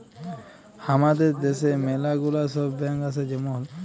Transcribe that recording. হামাদের দ্যাশে ম্যালা গুলা সব ব্যাঙ্ক আসে যেমল